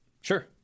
Sure